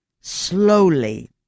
slowly